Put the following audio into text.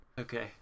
Okay